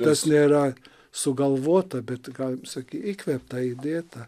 tas nėra sugalvota bet galim sakyt įkvėpta įdėta